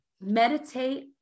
Meditate